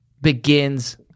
begins